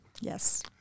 Yes